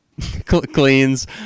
Cleans